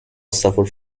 suffered